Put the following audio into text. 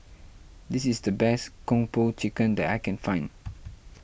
this is the best Kung Po Chicken that I can find